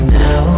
now